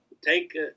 take